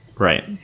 Right